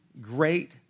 great